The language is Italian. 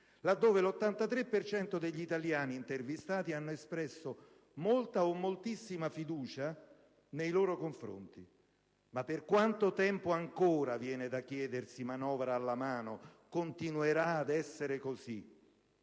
1'83 per cento degli italiani intervistati ha espresso molta o moltissima fiducia nei loro confronti. Per quanto tempo ancora - viene da chiedersi, manovra alla mano - continuerà ad essere così?